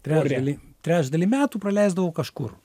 trečdalį trečdalį metų praleisdavau kažkur